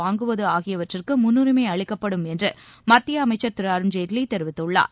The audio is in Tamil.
வாங்குவது ஆகியவற்றுக்கு முன்னுரிமை அளிக்கப்படும் என்று மத்திய அமைச்சர் திரு அருண்ஜேட்லி தெரிவித்துள்ளார்